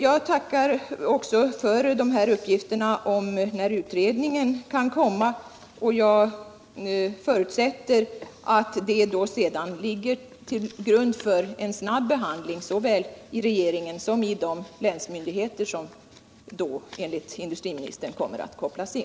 Jag tackar också för uppgifterna om när utredningen kan slutföras, och jag förutsätter att den sedan ligger till grund för en snabb behandling såväl inom regeringen som hos de länsmyndigheter som då enligt industriministern kommer att kopplas in.